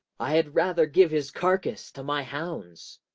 i had rather give his carcass to my hounds.